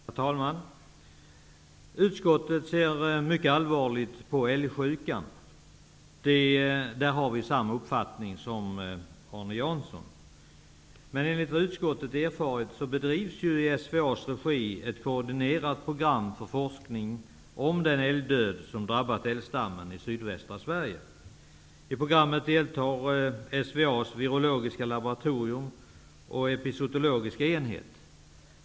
Herr talman! Utskottet ser mycket allvarligt på älgsjukan. På den punkten har vi samma uppfattning som Arne Jansson. Men enligt vad utskottet erfarit bedrivs i SVA:s regi ett koordinerat program för forskning om den älgdöd som drabbat älgstammen i sydvästra Sverige. I programmet deltar SVA:s virologiska laboratorium och epizootologiska enhet.